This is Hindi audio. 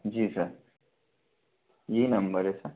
जी सर ये नंबर है सर